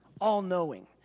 all-knowing